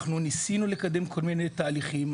אנחנו ניסינו לקדם כל מיני תהליכים,